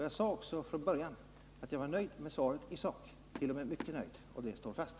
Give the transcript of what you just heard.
Jag sade också från början att jag var nöjd med svaret i sak —t.o.m. mycket nöjd, och det står fast.